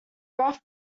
rough